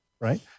Right